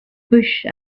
bush